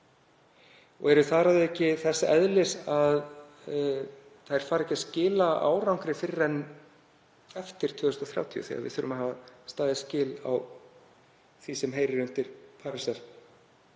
og eru þar að auki þess eðlis að þær fara ekki að skila árangri fyrr en eftir 2030 þegar við þurfum að hafa staðið skil á því sem heyrir undir